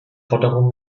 forderung